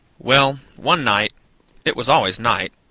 well, one night it was always night,